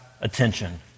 attention